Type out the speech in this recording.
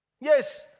Yes